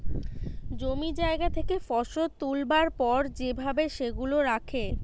জমি জায়গা থেকে ফসল তুলবার পর যে ভাবে সেগুলা রাখে